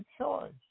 choice